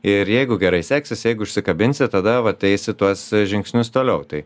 ir jeigu gerai seksis jeigu užsikabinsi tada vat eisi tuos žingsnius toliau tai